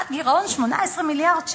יעד גירעון 18 מיליארד ש"ח?